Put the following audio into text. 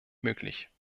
möglich